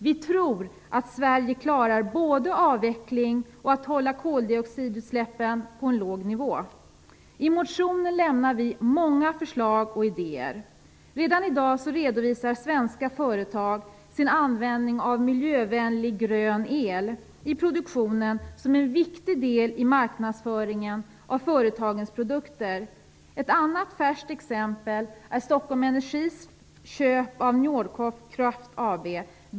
Vi tror att Sverige klarar både att genomföra en avveckling och att hålla koldioxidutsläppen på en låg nivå. I motionen för vi fram många förslag och idéer. Redan i dag redovisar svenska företag sin användning av miljövänlig "grön el" i produktionen som en viktig del i marknadsföringen av sina produkter. Ett annat färskt exempel är Stockholm Energis köp av Njordkraft AB.